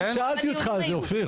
אני שאלתי אותך על זה, אופיר.